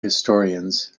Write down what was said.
historians